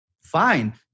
fine